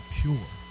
pure